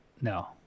No